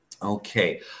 Okay